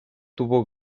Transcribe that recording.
tuvo